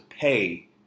pay